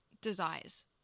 desires